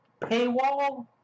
Paywall